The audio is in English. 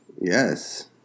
Yes